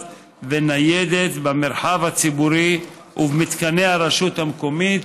וניידת במרחב הציבורי ובמתקני הרשות המקומית,